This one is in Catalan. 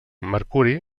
mercuri